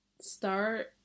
start